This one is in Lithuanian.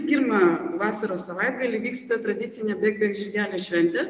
pirma vasaros savaitgalį vyksta tradicinė bėk bėk žirgeli šventė